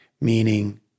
Meaning